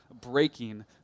breaking